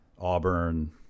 Auburn